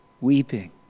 weeping